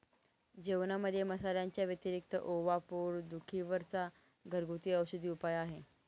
जेवणामध्ये मसाल्यांच्या व्यतिरिक्त ओवा पोट दुखी वर चा घरगुती औषधी उपाय आहे